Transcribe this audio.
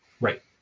Right